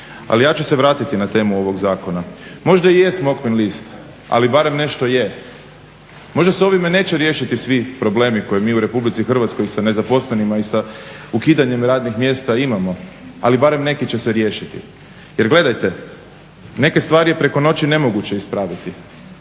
Ali ja ću se vratiti na temu ovog zakona. Možda i je smokvin list ali barem nešto je. Možda se ovime neće riješiti svi problemi koje mi u RH sa nezaposlenima i sa ukidanjima radnih mjesta imamo, ali će se barem neki riješiti. Jel gledajte, neke je stvari preko noći nemoguće ispraviti